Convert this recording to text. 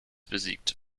besiegt